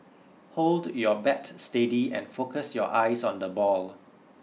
hold your bat steady and focus your eyes on the ball